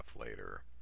later